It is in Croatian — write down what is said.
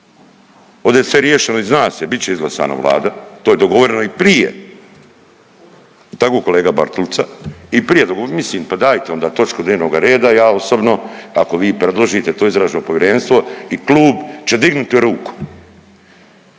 ovdje je sve riješeno i zna se, bit će izglasana Vlada, to je dogovoreno i prije, jel tako kolega Bartulica? Mislim pa dajte onda točku dnevnoga reda, ja osobno ako vi predložite to istražno povjerenstvo i klub će dignuti ruku.